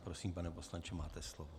Prosím, pane poslanče, máte slovo.